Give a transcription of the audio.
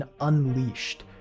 unleashed